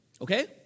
okay